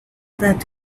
that